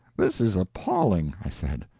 this is appalling! i said.